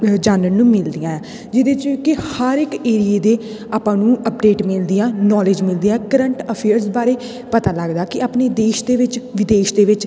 ਜਾਨਣ ਨੂੰ ਮਿਲਦੀਆਂ ਜਿਹਦੇ 'ਚ ਕਿ ਹਰ ਇੱਕ ਏਰੀਏ ਦੇ ਆਪਾਂ ਨੂੰ ਅਪਡੇਟ ਮਿਲਦੀ ਹੈ ਨੌਲੇਜ ਮਿਲਦੀ ਹੈ ਕਰੰਟ ਅਫੇਅਰਸ ਬਾਰੇ ਪਤਾ ਲੱਗਦਾ ਕਿ ਆਪਣੇ ਦੇਸ਼ ਦੇ ਵਿੱਚ ਵਿਦੇਸ਼ ਦੇ ਵਿੱਚ